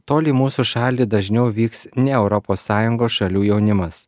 tol į mūsų šalį dažniau vyks ne europos sąjungos šalių jaunimas